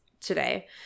today